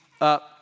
up